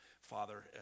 Father